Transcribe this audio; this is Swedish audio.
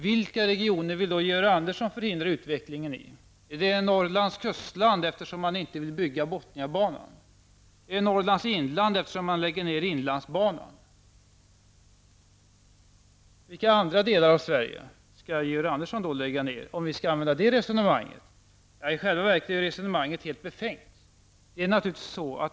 Vilka regioner vill då Georg Andersson förhindra utvecklingen i? Är det Norrlands kustland, eftersom han inte vill bygga Botniabanan, eller Norrlands inland eftersom han lägger ned inlandsbanan? Vilka andra delar av Sverige skall Georg Andersson då lägga ned, om vi skall använda det resonemanget. I själva verket är resonemanget helt befängt.